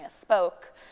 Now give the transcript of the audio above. spoke